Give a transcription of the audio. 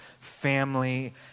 Family